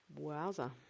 Wowza